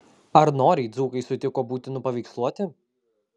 ar noriai dzūkai sutiko būti nupaveiksluoti